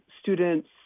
students